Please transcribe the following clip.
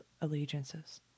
allegiances